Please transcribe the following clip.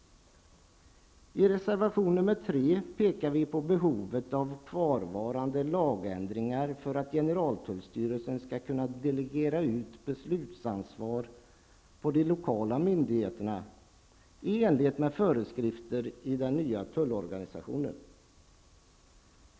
I reservation 3 pekar vi på behovet av lagändringar för att generaltullstyrelsen skall kunna delegera beslutsansvar till de lokala myndigheterna i enlighet med föreskrifterna i den nya tullorganisationen.